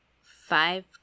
five